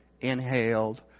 inhaled